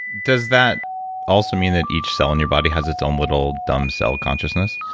does that also mean that each cell in your body has its own little dumb cell consciousness?